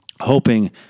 hoping